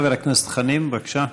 חבר הכנסת חנין, בבקשה.